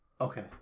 Okay